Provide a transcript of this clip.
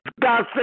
God